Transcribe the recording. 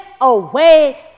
away